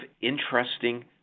interesting